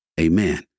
Amen